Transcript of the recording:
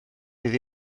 iddi